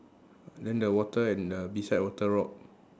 and then the water and the beside water rock